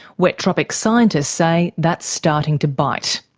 wet tropics scientists say that's starting to bite.